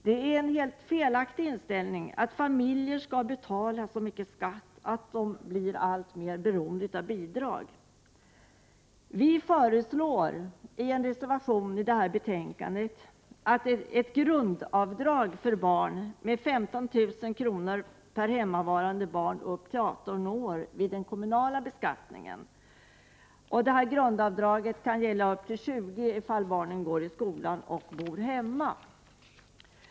Det är en helt felaktig inställning att familjer skall betala så mycket skatt att de blir allt mer beroende av bidrag. Vi föreslår i en motion att man skall införa ett grundavdrag med 15 000 kr. per hemmavarande barn upp till 18 år vid den kommunala beskattningen. Detta grundavdrag kan gälla barn upp till 20 år, om de går i skolan och bor hemma. Vi har också reserverat oss till förmån för detta förslag.